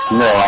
no